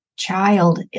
Child